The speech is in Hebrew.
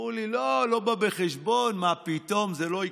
אמרו לי: לא, לא בא בחשבון, מה פתאום, זה לא יקרה.